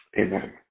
Amen